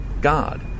God